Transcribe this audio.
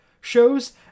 shows